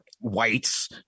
whites